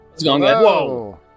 Whoa